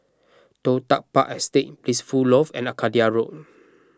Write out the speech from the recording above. Toh Tuck Park Estate Blissful Loft and Arcadia Road